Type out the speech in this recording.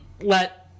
let